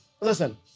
Listen